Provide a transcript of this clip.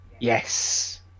yes